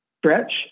stretch